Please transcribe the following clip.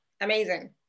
Amazing